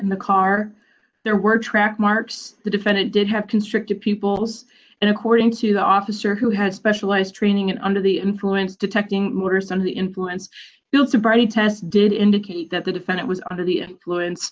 in the car there were track marks the defendant did have constricted peoples and according to the officer who had specialized training under the influence detecting murders under the influence bill sobriety test did indicate that the defendant was under the influence